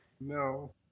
No